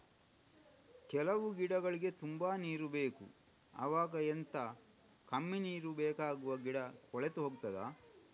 ಕೆಲವು ಗಿಡಗಳಿಗೆ ತುಂಬಾ ನೀರು ಬೇಕು ಅವಾಗ ಎಂತ, ಕಮ್ಮಿ ನೀರು ಬೇಕಾಗುವ ಗಿಡ ಕೊಳೆತು ಹೋಗುತ್ತದಾ?